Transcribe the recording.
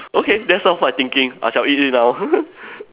okay that's all my thinking I shall eat it now